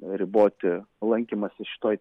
riboti lankymąsi šitoj